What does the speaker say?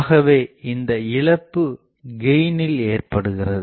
ஆகவே இந்த இழப்பு கெயினில் ஏற்படுகிறது